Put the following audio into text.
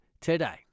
today